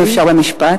אם אפשר במשפט.